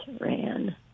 ran